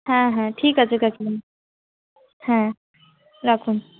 হ্যাঁ হ্যাঁ ঠিক আছে কাকিমা হ্যাঁ রাখুন